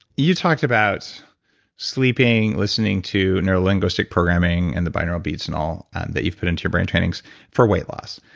you talked about sleeping, listening to neuro linguistic programing and the binaural beats and all that you've put into your brain trainings for weight loss.